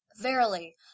Verily